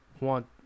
want